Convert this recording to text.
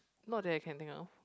not that I can think of